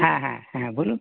হ্যাঁ হ্যাঁ হ্যাঁ বলুন